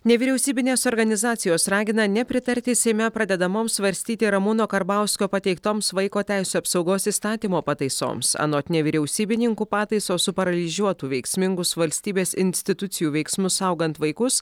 nevyriausybinės organizacijos ragina nepritarti seime pradedamoms svarstyti ramūno karbauskio pateiktoms vaiko teisių apsaugos įstatymo pataisoms anot nevyriausybininkų pataisos suparalyžiuotų veiksmingus valstybės institucijų veiksmus saugant vaikus